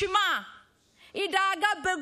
היא דאגה לשמה,